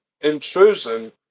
intrusion